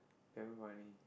damn funny